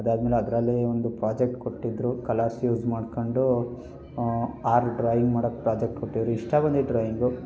ಅದಾದಮೇಲೆ ಅದರಲ್ಲಿ ಒಂದು ಪ್ರಾಜೆಕ್ಟ್ ಕೊಟ್ಟಿದ್ದರು ಕಲರ್ಸ್ ಯೂಸ್ ಮಾಡಿಕೊಂಡು ಆರು ಡ್ರಾಯಿಂಗ್ ಮಾಡೋ ಪ್ರಾಜೆಕ್ಟ್ ಕೊಟ್ಟಿದ್ದರು ಇಷ್ಟ ಬಂದಿದ್ದು ಡ್ರಾಯಿಂಗು